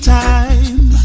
time